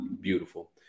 beautiful